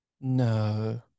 No